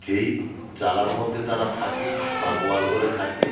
যেই চালার মধ্যে তারা থাকে বা গোয়াল ঘরে থাকে